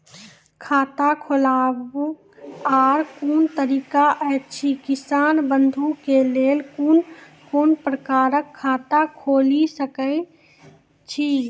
खाता खोलवाक आर कूनू तरीका ऐछि, किसान बंधु के लेल कून कून प्रकारक खाता खूलि सकैत ऐछि?